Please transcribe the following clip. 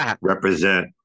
represent